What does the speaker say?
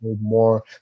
more